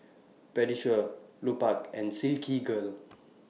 Pediasure Lupark and Silkygirl